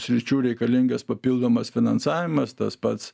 sričių reikalingas papildomas finansavimas tas pats